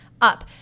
up